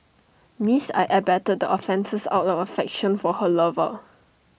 Miss I abetted the offences out of affection for her lover